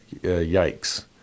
yikes